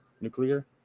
Nuclear